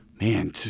Man